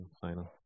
final